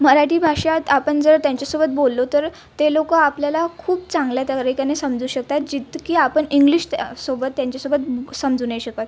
मराठी भाषेत आपण जर त्यांच्यासोबत बोललो तर ते लोक आपल्याला खूप चांगल्या तरीक्याने समजू शकतात जितकी आपण इंग्लिश तं सोबत त्यांच्यासोबत समजू नाही शकत